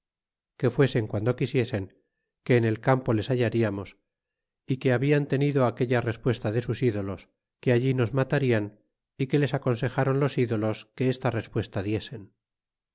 que fuesen guando quisiesen que en el campo les hallariamos y que hablan tenido aquella respuesta de sus ídolos que allí nos rnatarian y que les aconsejaron los ídolos que esta respuesta diesen